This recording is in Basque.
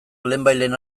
lehenbailehen